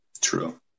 True